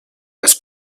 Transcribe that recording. als